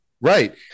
Right